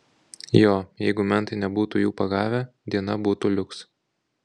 jo jeigu mentai nebūtų jų pagavę diena būtų liuks